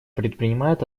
предпринимает